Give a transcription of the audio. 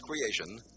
creation